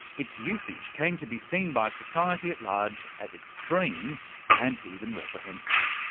its usage came to be seen by society at large as extreme and even reprehensible.